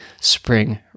spring